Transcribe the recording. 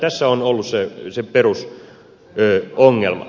tässä on ollut se perusongelma